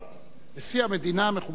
נשיא המדינה, מכובדי כולם,